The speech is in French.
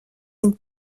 une